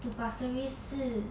to pasir ris 是